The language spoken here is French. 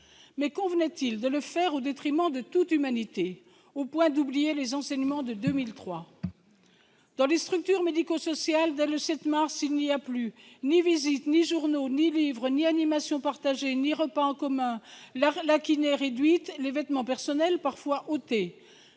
convenait-il de le faire au détriment de toute humanité, au point d'oublier les enseignements de 2003 ? Dans les structures médico-sociales, dès le 7 mars, il n'y a plus eu ni visites, ni journaux, ni livres, ni animations partagées, ni repas en commun ; la kinésithérapie a été réduite, les vêtements personnels parfois retirés.